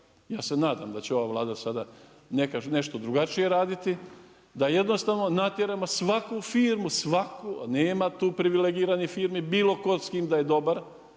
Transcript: ja se nadam da će ova Vlada sada nešto drugačije raditi, da jednostavno natjeramo svaku firmu, svaku, nema tu privilegiranih firmi bilo tko s kim da je dobar,